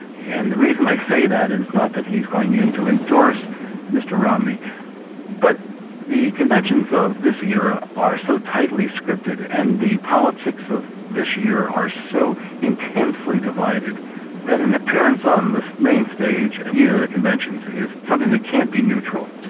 and the reason i say that is not that he's going in to endorse mr romney but the conventions of this era are so tightly scripted and the politics of this year are so intensely divided that an appearance on the main stage at either of the conventions is something that can't be neutral.